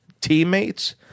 teammates